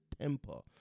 temper